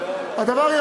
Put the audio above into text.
כאמור,